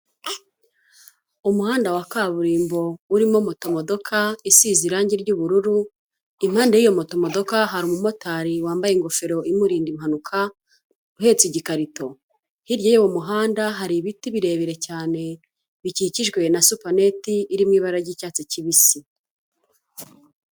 Umuhanda wa kaburimbo urimo motomodoka isize irangi ry'ubururu, impande y'iyo motomodoka hari umumotari wambaye ingofero imurinda impanuka uhetse igikarito, hirya y'uwo mu muhanda hari ibiti birebire cyane bikikijwe na supaneti iri mu ibara ry'icyatsi kibisi.